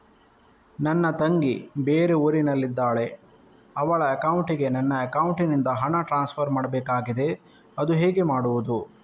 ನನ್ನ ತಂಗಿ ಬೇರೆ ಊರಿನಲ್ಲಿದಾಳೆ, ಅವಳ ಅಕೌಂಟಿಗೆ ನನ್ನ ಅಕೌಂಟಿನಿಂದ ಹಣ ಟ್ರಾನ್ಸ್ಫರ್ ಮಾಡ್ಬೇಕಾಗಿದೆ, ಅದು ಹೇಗೆ ಮಾಡುವುದು?